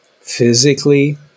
physically